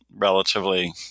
relatively